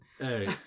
Hey